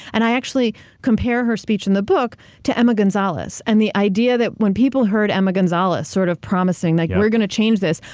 and i actually compare her speech in the book to emma gonzalez, and the idea that when people heard emma gonzalez sort of promising, like, we're going to change this.